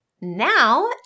Now